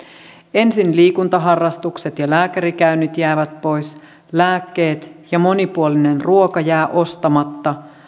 ensin liikuntaharrastukset ja lääkärikäynnit jäävät pois lääkkeet ja monipuolinen ruoka jäävät ostamatta